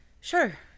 Sure